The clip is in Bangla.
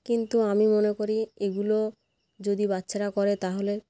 কিন্তু আমি মনে করি এগুলো যদি বাচ্চারা করে তাহলে